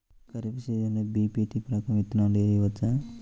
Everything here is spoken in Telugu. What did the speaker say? ఖరీఫ్ సీజన్లో బి.పీ.టీ రకం విత్తనాలు వేయవచ్చా?